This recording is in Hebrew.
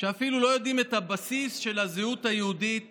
שאפילו לא יודעים את הבסיס של הזהות היהודית